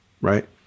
Right